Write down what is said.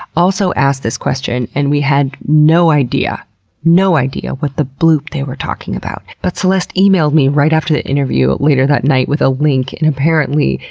also asked this question and we had no idea no idea what the bloop they were talking about. but celeste emailed me right after the interview later that night with a link. and apparently,